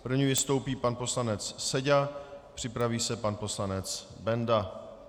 První vystoupí pan poslanec Seďa, připraví se pan poslanec Benda.